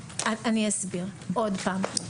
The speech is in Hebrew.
אני אסביר עוד פעם.